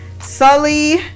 sully